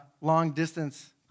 long-distance